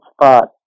spot